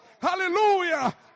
hallelujah